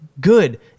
good